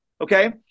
okay